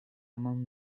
among